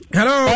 Hello